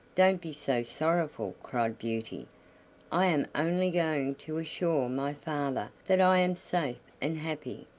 don't be so sorrowful, cried beauty i am only going to assure my father that i am safe and happy.